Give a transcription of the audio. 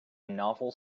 novel